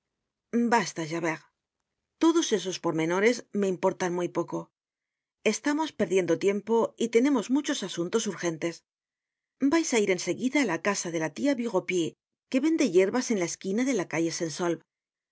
basta javert todos esos pormenores me importan muy poco estamos perdiendo tiempo y tenemos muchos asuntos urgentes vais á ir en seguida á casa de la tia bureaupied que vende yerbas en la esquina dela calle